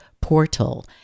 Portal